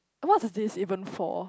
what is this even for